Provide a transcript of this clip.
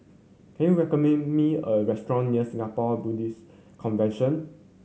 can you recommend me a restaurant near Singapore Baptist Convention